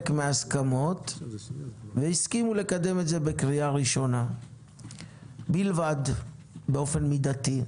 מן ההסכמות והסכימו לקדם את זה בקריאה הראשונה בלבד באופן מידתי.